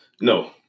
No